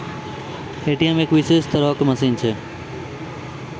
ATM एक विशेष तरहो के मशीन छै